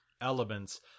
elements